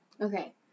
Okay